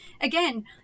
again